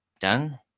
done